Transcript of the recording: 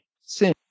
sin